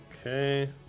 okay